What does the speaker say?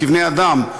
כבני-אדם,